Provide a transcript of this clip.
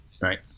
right